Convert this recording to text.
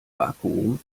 vakuum